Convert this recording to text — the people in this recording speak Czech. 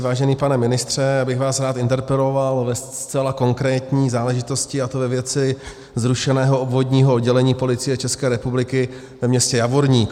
Vážený pane ministře, já bych vás rád interpeloval ve zcela konkrétní záležitosti, a to ve věci zrušeného obvodního oddělení Policie České republiky ve městě Javorník.